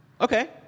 Okay